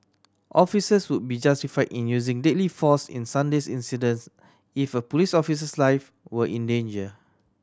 officers would be justified in using deadly force in Sunday's incidents if a police officer's life were in danger